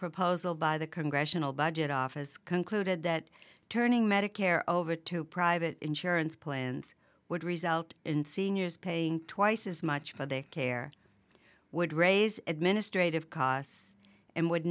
proposal by the congressional budget office concluded that turning medicare over to private insurance plans would result in seniors paying twice as much for their care would raise administrative costs and would